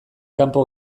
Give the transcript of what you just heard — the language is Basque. kanpo